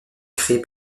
créé